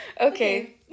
Okay